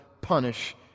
punish